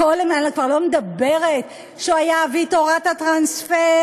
אני כבר לא מדברת שהוא היה אבי תורת הטרנספר,